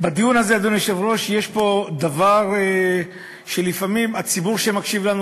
בדיון הזה יש דבר שלפעמים הציבור שמקשיב לנו,